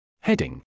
Heading